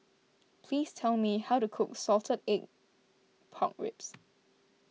please tell me how to cook Salted Egg Pork Ribs